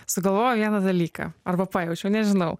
sugalvojau vieną dalyką arba pajaučiau nežinau